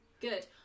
good